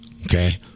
Okay